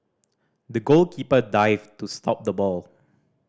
the goalkeeper dived to stop the ball